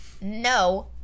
no